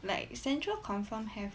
like central confirm have